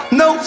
no